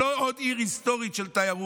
היא לא עוד עיר היסטורית של תיירות.